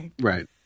right